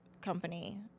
company